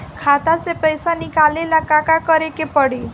खाता से पैसा निकाले ला का का करे के पड़ी?